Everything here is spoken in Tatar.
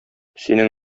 синең